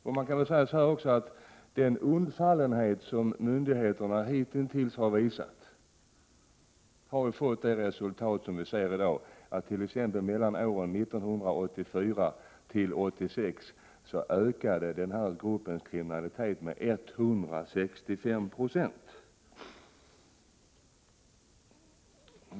Det kan också sägas att den undfallenhet som myndigheterna hitintills visat har lett till det resultat som vi ser i dag, nämligen att den här gruppens kriminalitet har ökat med 165 96 under åren 1984-1986.